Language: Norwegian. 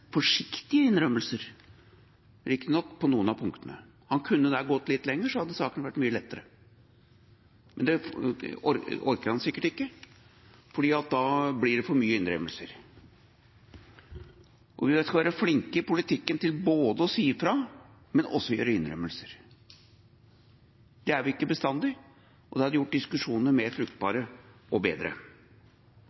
forsiktige innrømmelser, riktignok på noen av punktene. Han kunne der gått litt lenger, så hadde saken vært mye lettere. Men det orker han sikkert ikke, for da blir det for mye innrømmelser. Vi skal i politikken være flinke til å si fra, men også gjøre innrømmelser. Det er vi ikke bestandig, og det hadde gjort diskusjonene mer fruktbare og bedre.